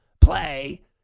play